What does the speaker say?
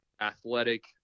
athletic